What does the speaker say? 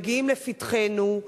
מגיעים לפתחנו,